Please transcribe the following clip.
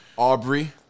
Aubrey